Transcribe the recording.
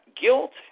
guilt